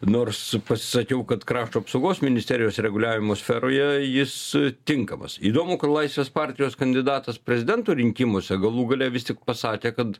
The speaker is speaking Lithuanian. nors pasisakiau kad krašto apsaugos ministerijos reguliavimo sferoje jis tinkamas įdomu kad laisvės partijos kandidatas prezidento rinkimuose galų gale vis tik pasakė kad